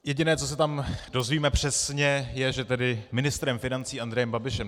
Jediné, co se tam dozvíme přesně, je, že tedy ministrem financí Andrejem Babišem.